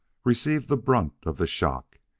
received the brunt of the shock,